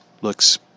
looks